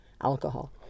alcohol